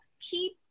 keep